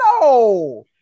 No